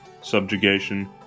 subjugation